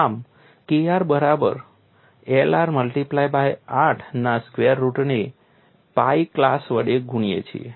આમ Kr બરાબર Lr multiply by 8 ના સ્ક્વેરરુટને pi ક્લાસ વડે ગુણીએ છીએ